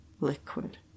liquid